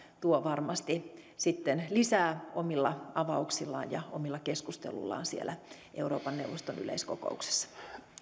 tuo varmasti sitten lisää omilla avauksillaan ja omilla keskusteluillaan siellä euroopan neuvoston yleiskokouksessa